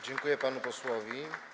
Dziękuję panu posłowi.